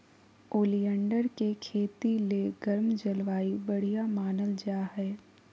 oleander के खेती ले गर्म जलवायु बढ़िया मानल जा हय